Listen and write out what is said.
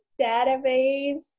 database